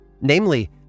namely